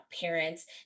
parents